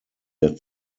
der